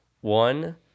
one